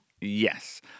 Yes